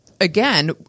Again